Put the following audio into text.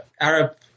Arab